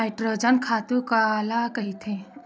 Nitrogen खातु काला कहिथे?